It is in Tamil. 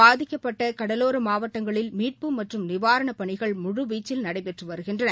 பாதிக்கப்பட்ட கடலோர மாவட்டங்களில் மீட்பு மற்றும் நிவாரணப் பணிகள் முழுவீச்சில் நடைபெற்று வருகின்றன